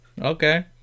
Okay